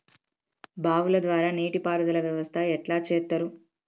బావుల ద్వారా నీటి పారుదల వ్యవస్థ ఎట్లా చేత్తరు?